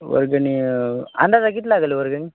वर्गणी अंदाजे किती लागेल वर्गणी